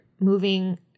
moving